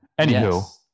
Anywho